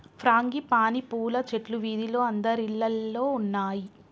frangipani పూల చెట్లు వీధిలో అందరిల్లల్లో ఉన్నాయి